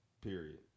Period